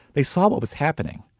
they saw what was happening.